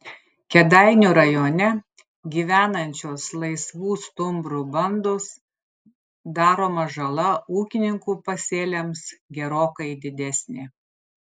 kėdainių rajone gyvenančios laisvų stumbrų bandos daroma žala ūkininkų pasėliams gerokai didesnė